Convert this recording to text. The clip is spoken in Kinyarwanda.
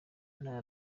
ntara